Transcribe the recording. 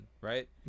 right